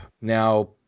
Now